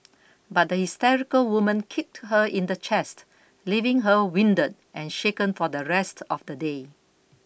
but the hysterical woman kicked her in the chest leaving her winded and shaken for the rest of the day